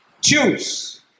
Choose